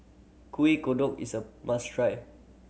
Kueh Kodok is a must try